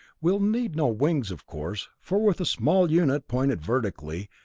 we'll need no wings, of course, for with a small unit pointed vertically,